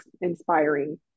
inspiring